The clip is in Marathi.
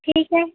ठीक आहे